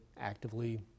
actively